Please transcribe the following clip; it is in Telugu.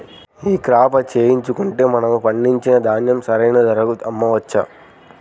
ఈ క్రాప చేయించుకుంటే మనము పండించిన ధాన్యం సరైన ధరకు అమ్మవచ్చా?